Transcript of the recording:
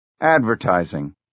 Advertising